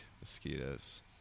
mosquitoes